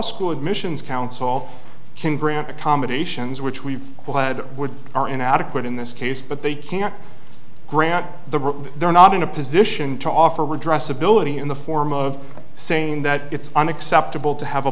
school admissions council can grant accommodations which we've all had are inadequate in this case but they can't grant the rip they're not in a position to offer redress ability in the form of saying that it's unacceptable to have a